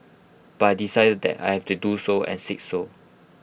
but decided that I have to do so and said so